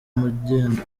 magendu